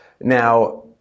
Now